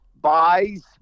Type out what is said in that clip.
buys